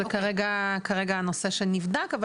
זה כרגע הנושא שנבדק,